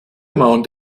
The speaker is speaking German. mount